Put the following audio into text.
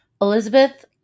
Elizabeth